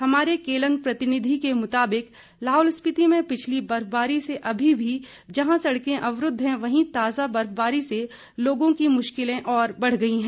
हमारे केलंग प्रतिनिधि के मुताबिक लाहौल स्पीति में पिछली बर्फबारी से अभी भी जहां सड़कें अवरूद्व हैं वहीं ताजा बर्फबारी से लोगों की मुश्किलें और बढ़ गई हैं